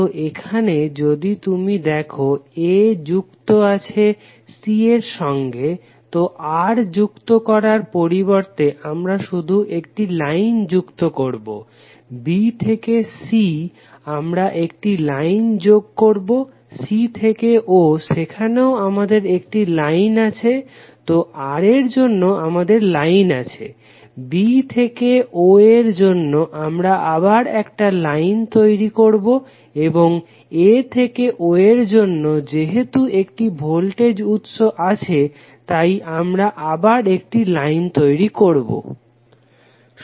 তো এখানে যদি তুমি দেখো a যুক্ত আছে c এর সঙ্গে তো R যুক্ত করার পরিবর্তে আমরা শুধু একটি লাইন যুক্ত করবো b থেকে c আমরা একটি লাইন যোগ করবো c থেকে o সেখানেও আমাদের একটি লাইন আছে তো R জন্য আমাদের লাইন আছে b থেকে o এর জন্য আমরা আবার একটা লাইন তৈরি করবো এবং a থেকে o জন্য যেহেতু একটি ভোল্টেজ উৎস আছে তাই আমরা আবার একটি লাইন তৈরি করবো